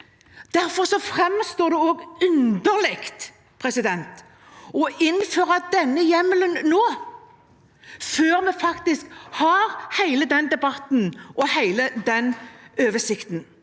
Derfor framstår det underlig å innføre denne hjemmelen nå, før vi har hele den debatten og hele den oversikten.